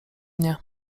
nie